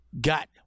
got